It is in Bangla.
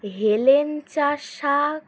হেলেঞ্চা শাক